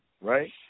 right